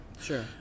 Sure